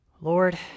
lord